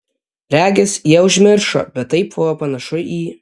regis jie užmiršo bet tai buvo panašu į